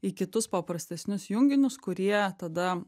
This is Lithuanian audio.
į kitus paprastesnius junginius kurie tada